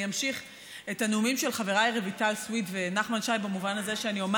אני אמשיך את הנאומים של חבריי רויטל סויד ונחמן שי במובן הזה שאומר